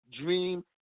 Dream